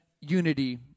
unity